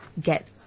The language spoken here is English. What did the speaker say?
get